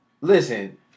Listen